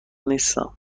نیستم